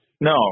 No